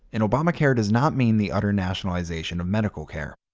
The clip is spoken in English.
and obamacare does not mean the utter nationalization of medical care.